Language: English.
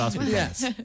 Yes